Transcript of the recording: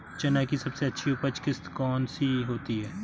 चना की सबसे अच्छी उपज किश्त कौन सी होती है?